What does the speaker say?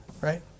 Right